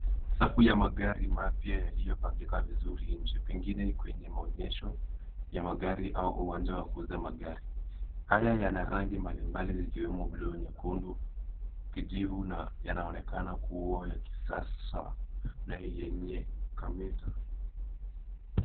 Safu ya magari mapya yaliyopangika vizuri nje, pengine kwenye maonyesho ya magari au uwanja wa kuuza magari. Haya yana rangi mbalimbali zikiwemo blue , nyekundu, kijivu, na yanaonekana kuwa ya kisasa na yenye kumetameta.